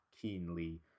keenly